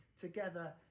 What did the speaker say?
together